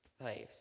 place